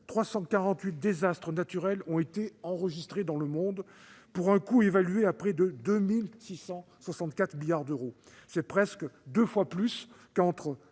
348 désastres naturels ont été enregistrés dans le monde, pour un coût évalué à près de 2 664 milliards d'euros ; c'est presque deux fois plus qu'entre